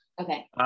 Okay